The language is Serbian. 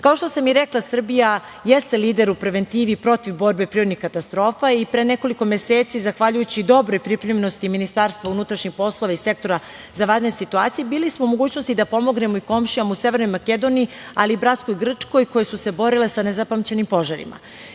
što sam rekla, Srbija jeste lider u preventivi protiv borbe prirodnih katastrofa i pre nekoliko meseci, zahvaljujući dobroj pripremljenosti Ministarstva unutrašnjih poslova i sektora za vanredne situacije, bili smo u mogućnosti da pomognemo i komšijama u Severnoj Makedoniji, ali i bratskoj Grčkoj, koje su se borile se nezapamćenim